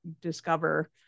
discover